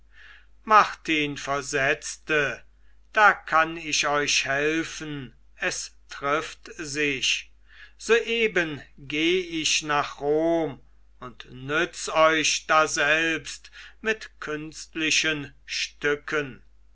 martin versetzte da kann ich euch helfen es trifft sich soeben geh ich nach rom und nütz euch daselbst mit künstlichen stücken